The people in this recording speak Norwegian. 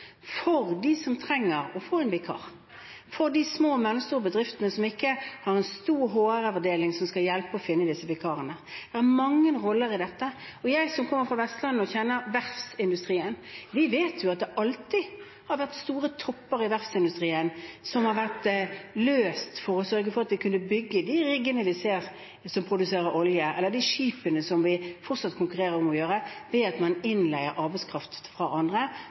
for dem som trenger å få en vikar, for de små og mellomstore bedriftene som ikke har en stor HR-avdeling som kan hjelpe med å finne disse vikarene. Det er mange roller i dette. Jeg kommer fra Vestlandet og kjenner verftsindustrien, og vi vet at det alltid har vært store topper i verftsindustrien, som har blitt løst – for å sørge for at vi kunne bygge de riggene som produserer olje, eller de skipene som vi fortsatt konkurrerer om å bygge – ved at man leier inn arbeidskraft fra andre